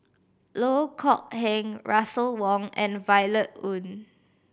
Loh Kok Heng Russel Wong and Violet Oon